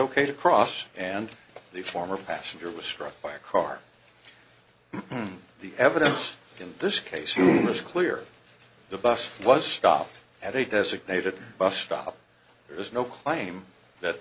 ok to cross and the former passenger was struck by a car the evidence in this case was clear the bus was stopped at a designated bus stop there is no claim that